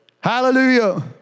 Hallelujah